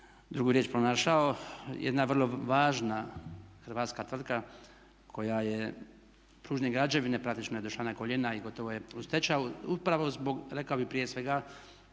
drugu riječ pronašao jedna vrlo važna hrvatska tvrtka koja je pružne građevine praktično je došla na koljena i gotovo je u stečaju upravo zbog rekao bih prije svega